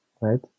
right